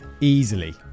Easily